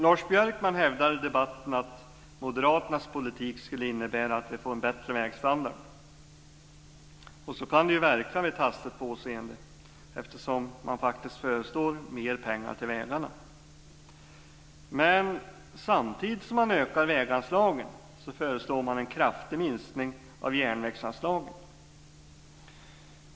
Lars Björkman hävdar i debatten att Moderaternas politik skulle innebära att vi får en bättre vägstandard. Så kan det ju också verka vid hastigt påseende eftersom de faktiskt föreslår mer pengar till vägarna. Men samtidigt som man ökar väganslagen föreslår man en kraftig minskning av järnvägsanslagen.